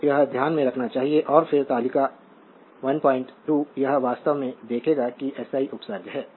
तो यह ध्यान में रखना चाहिए और फिर तालिका 12 यह वास्तव में देखेगा कि एसआई उपसर्ग है